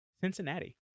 Cincinnati